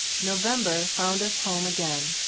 november found us home again.